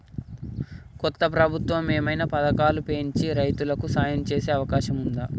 కొత్త ప్రభుత్వం ఏమైనా పథకాలు పెంచి రైతులకు సాయం చేసే అవకాశం ఉందా?